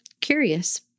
curious